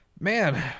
Man